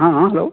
ହଁ ହଁ ହ୍ୟାଲୋ